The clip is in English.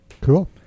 cool